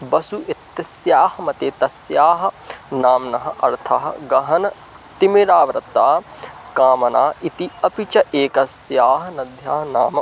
बसु इत्यस्याः मते तस्याः नाम्नः अर्थः गहनतिमिरावृत्ता कामना इति अपि च एकस्याः नद्याः नाम